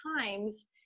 times